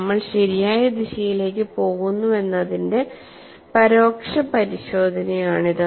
നമ്മൾ ശരിയായ ദിശയിലേക്ക് പോകുന്നുവെന്നതിന്റെ പരോക്ഷ പരിശോധനയാണിത്